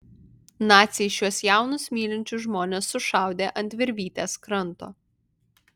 naciai šiuos jaunus mylinčius žmones sušaudė ant virvytės kranto